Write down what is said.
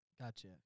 Gotcha